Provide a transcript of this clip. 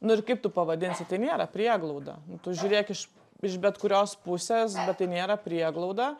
nu ir kaip tu pavadinsi tai nėra prieglauda nu tu žiūrėk iš iš bet kurios pusės bet tai nėra prieglauda